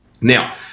now